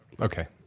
Okay